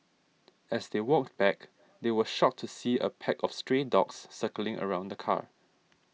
as they walked back they were shocked to see a pack of stray dogs circling around the car